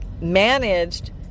managed